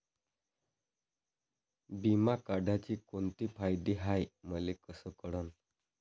बिमा काढाचे कोंते फायदे हाय मले कस कळन?